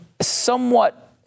somewhat